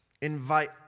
invite